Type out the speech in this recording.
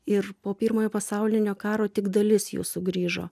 ir po pirmojo pasaulinio karo tik dalis jų sugrįžo